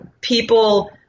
people